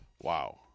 wow